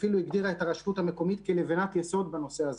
אפילו הגדירה את הרשות המקומית כלבנת יסוד בנושא הזה.